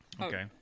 okay